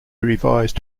revised